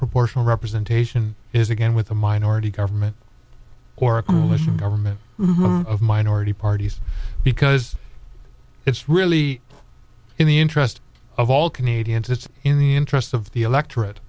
proportional representation is again with a minority government or a coalition government of minority parties because it's really in the interest of all canadians it's in the interest of the electorate